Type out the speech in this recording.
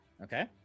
okay